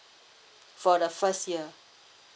for the first year